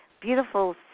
beautiful